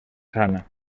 sana